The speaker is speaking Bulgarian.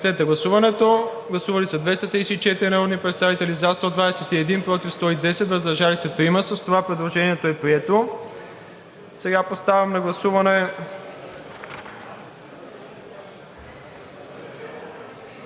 сега поставям на гласуване